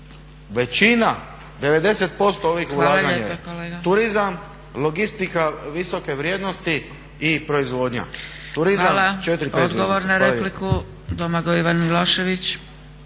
kolega./… … ulaganja je turizam, logistika visoke vrijednosti i proizvodnja. Turizam 4, 5 zvjezdica.